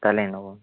ತಲೆನೋವು